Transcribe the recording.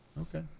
Okay